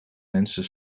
mensen